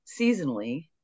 seasonally